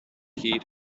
heat